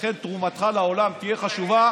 לכן תרומתך לעולם תהיה חשובה,